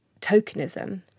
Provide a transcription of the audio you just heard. tokenism